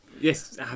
Yes